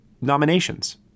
nominations